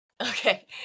Okay